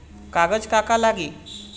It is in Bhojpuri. कागज का का लागी?